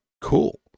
cool